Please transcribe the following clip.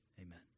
amen